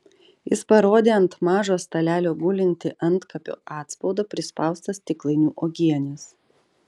jis parodė ant mažo stalelio gulintį antkapio atspaudą prispaustą stiklainiu uogienės